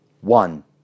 one